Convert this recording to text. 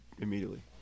immediately